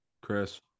Chris